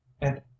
And